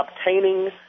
obtaining